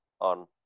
on